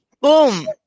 Boom